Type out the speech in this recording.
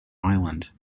island